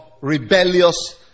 rebellious